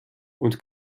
und